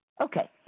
Okay